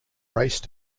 race